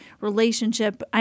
relationship